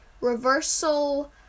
Reversal